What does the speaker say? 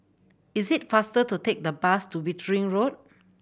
is it faster to take the bus to Wittering Road